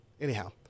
Anyhow